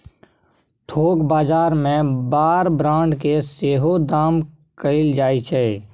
थोक बजार मे बार ब्रांड केँ सेहो दाम कएल जाइ छै